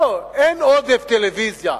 לא, אין עודף טלוויזיה,